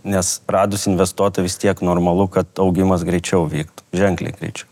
nes radus investuotojus tiek normalu kad augimas greičiau vyktų ženkliai greičiau